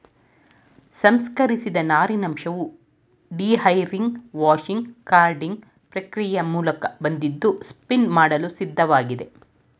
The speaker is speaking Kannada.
ಸಂಸ್ಕರಿಸಿದ ನಾರಿನಂಶವು ಡಿಹೈರಿಂಗ್ ವಾಷಿಂಗ್ ಕಾರ್ಡಿಂಗ್ ಪ್ರಕ್ರಿಯೆ ಮೂಲಕ ಬಂದಿದ್ದು ಸ್ಪಿನ್ ಮಾಡಲು ಸಿದ್ಧವಾಗಿದೆ